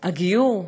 הגיור,